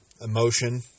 emotion